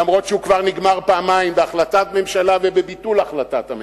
אף-על-פי שהוא כבר נגמר פעמיים בהחלטת ממשלה ובביטול החלטת הממשלה.